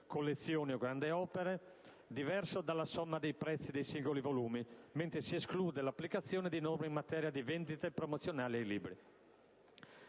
collezioni o grandi opere diverso dalla somma dei prezzi dei singoli volumi, mentre si esclude l'applicazione di norme in materia di vendite promozionali e libri.